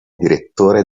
direttore